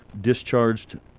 discharged